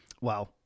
Wow